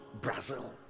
Brazil